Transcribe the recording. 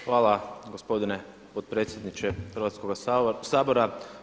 Hvala gospodine potpredsjedniče Hrvatskoga sabora.